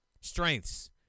strengths